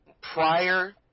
prior